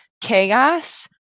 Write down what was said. chaos